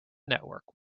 network